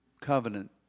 covenant